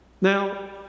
Now